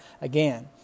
again